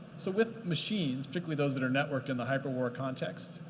so with machines, particularly those that are networked in the hyperwar context,